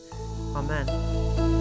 Amen